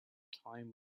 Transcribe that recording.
time